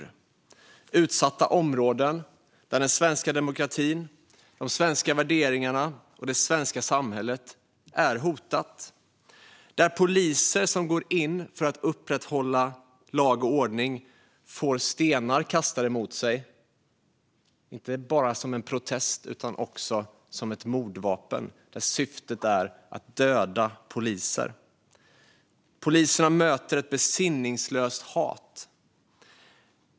Vi har utsatta områden där den svenska demokratin, de svenska värderingarna och det svenska samhället är hotade. Poliser som går in i områdena för att upprätthålla lag och ordning får stenar kastade mot sig - inte bara som en protest utan som mordvapen, där syftet är att döda poliser. Poliserna möter ett besinningslöst hat.